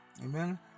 Amen